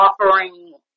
offering